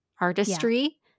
artistry